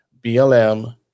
BLM